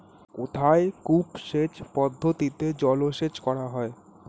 কোথায় কূপ সেচ পদ্ধতিতে জলসেচ করা হয়?